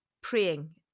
praying